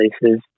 places